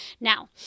Now